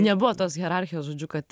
nebuvo tos hierarchijos žodžiu kad